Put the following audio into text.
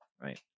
right